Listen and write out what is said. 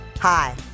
Hi